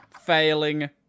failing